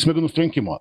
smegenų sutrenkimo